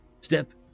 Step